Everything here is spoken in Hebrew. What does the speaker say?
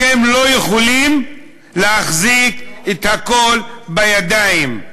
אתם לא יכולים להחזיק את הכול בידיים.